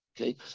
okay